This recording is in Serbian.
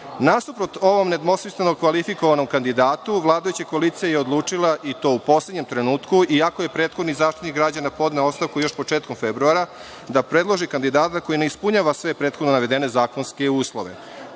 Janković. Nasuprot ovom nedvosmisleno kvalifikovanom kandidatu, vladajuća koalicija je odlučila, i to u poslednjem trenutku, iako je prethodni Zaštitnik građana podneo ostavku još početkom februara, da predloži kandidata koji ne ispunjava sve prethodno navedene zakonske uslove.